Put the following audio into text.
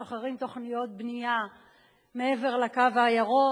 ומשחררים תוכניות בנייה מעבר ל"קו הירוק",